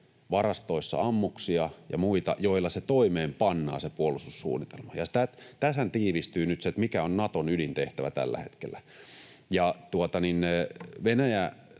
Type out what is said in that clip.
varastoissa ammuksia ja muita, joilla se puolustussuunnitelma toimeenpannaan. Tähän tiivistyy nyt se, mikä on Naton ydintehtävä tällä hetkellä.